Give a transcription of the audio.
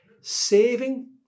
Saving